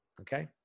okay